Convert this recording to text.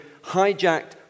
hijacked